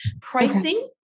Pricing